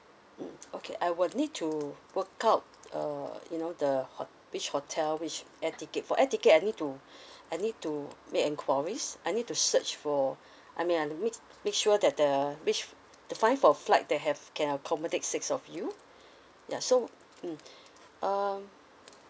mm okay I will need to work out uh you know the ho~ which hotel which air ticket for air ticket I need to I need to make enquiries I need to search for I mean I make make sure that the which to find for flight that have can accommodate six of you ya so mm um